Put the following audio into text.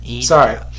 sorry